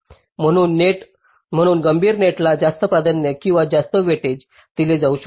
म्हणून गंभीर नेटला जास्त प्राधान्य किंवा जास्त वेईटस दिले जाऊ शकते